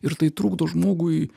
ir tai trukdo žmogui